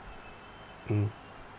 mm